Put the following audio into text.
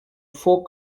folk